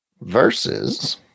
versus